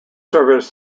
service